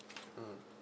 mm